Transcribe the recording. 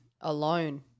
alone